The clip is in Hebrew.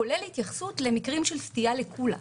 כולל התייחסות למקרים של סטייה לקולא,